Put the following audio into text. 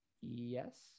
Yes